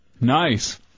Nice